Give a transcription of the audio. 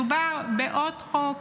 מדובר בעוד חוק